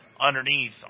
underneath